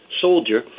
soldier